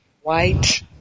white